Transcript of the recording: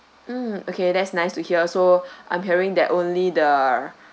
mm okay that's nice to hear so I'm hearing that only the